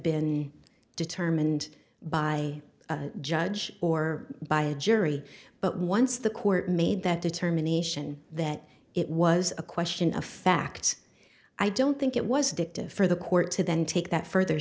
been determined by a judge or by a jury but once the court made that determination that it was a question of facts i don't think it was addictive for the court to then take that further